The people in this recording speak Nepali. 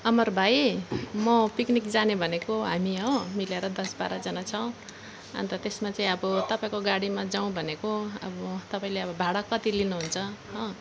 अमर भाइ म पिकनिक जाने भनेको हामी हो मिलेर दस बाह्रजना छौँ अन्त त्यसमा चाहिँ अब तपाईँको गाडीमा जाऔँ भनेको अब तपाईँले अब भाडा कति लुनुहुन्छ हो